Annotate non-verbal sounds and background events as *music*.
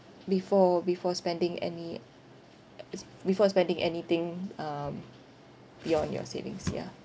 before before spending any *noise* s~ before spending anything um beyond your savings yeah